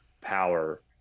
power